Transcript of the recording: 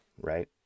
right